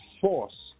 force